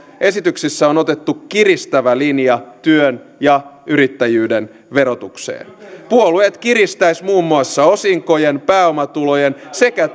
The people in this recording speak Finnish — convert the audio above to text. esityksissä on otettu kiristävä linja työn ja yrittäjyyden verotukseen puolueet kiristäisivät muun muassa osinkojen pääomatulojen sekä